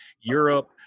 europe